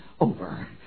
over